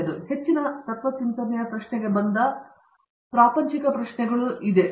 ಆದ್ದರಿಂದ ಈ ಹೆಚ್ಚಿನ ತತ್ತ್ವಚಿಂತನೆಯ ಪ್ರಶ್ನೆಗೆ ಬಂದ ಪ್ರಾಪಂಚಿಕ ಪ್ರಶ್ನೆಗಳು ಈಗ ಸ್ವಲ್ಪ ದೂರ ಇರಬಹುದು